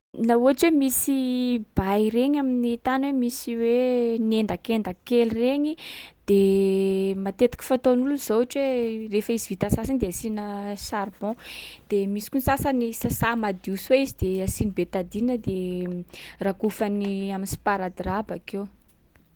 Laha ohatsy hoe misy bay regny amin’ny tàna hoe misy hoe nendakendaky kely regny, de matetiky fataon’olo zao ohatra hoe refa izy vita sasa iny de asiana charbon. De misy koa ny sasany sasà madio soa izy de asiany bétadine de rakofany am'sparadrap bakeo.